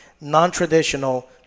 non-traditional